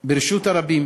ברשות הרבים